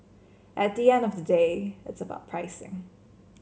at the end of the day it's about pricing